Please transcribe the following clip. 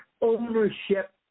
ownership